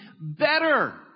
better